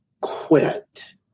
quit